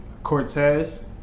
Cortez